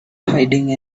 hiding